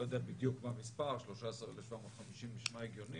לא יודע בדיוק מה המספר, 13,750 נשמע הגיוני